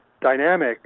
dynamic